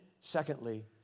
secondly